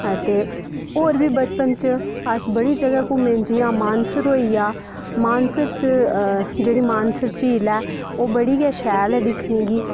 ते होर बी बचपन च अस बड़ी जगहा घुम्मे जि'यां मानसर होई गेआ मानसर च च जेह्ड़ी मानसर झील ऐ ओह् बड़ी गै शैल ऐ दिकने गी